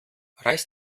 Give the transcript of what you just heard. reiß